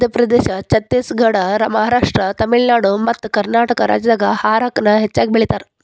ಮಧ್ಯಪ್ರದೇಶ, ಛತ್ತೇಸಗಡ, ಮಹಾರಾಷ್ಟ್ರ, ತಮಿಳುನಾಡು ಮತ್ತಕರ್ನಾಟಕ ರಾಜ್ಯದಾಗ ಹಾರಕ ನ ಹೆಚ್ಚಗಿ ಬೆಳೇತಾರ